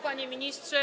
Panie Ministrze!